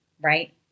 right